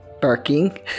Barking